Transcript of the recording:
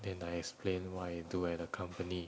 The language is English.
then I explain what I do at the company